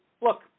look